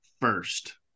first